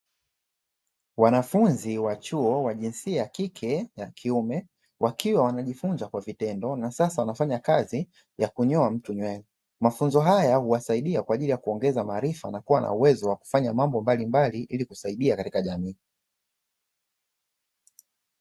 Wanafunzi wa chuo wa jinsia ya kike na kiume, wakiwa wanajifunza kwa vitendo na sasa wanafanya kazi ya kunyoa mtu nywele. Mafunzo haya huwasaidia kwa ajili ya kuongeza maarifa na kuwa na uwezo wa kufanya mambo mbalimbali ili kusaidia katika jamii.